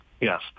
yes